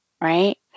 right